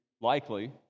likely